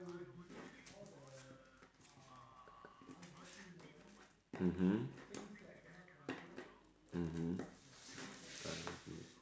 mmhmm mmhmm ah I see